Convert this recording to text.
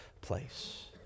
place